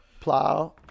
plow